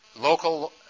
local